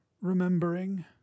remembering